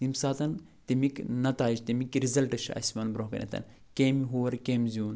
ییٚمہِ ساتہٕ تَمِکۍ نتایِج تَمِکۍ رِزَلٹ چھِ اَسہِ یِوان برٛونٛہہ کَنٮ۪تھ کٔمۍ ہوٗر کٔمۍ زیوٗن